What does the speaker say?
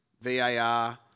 VAR